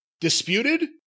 disputed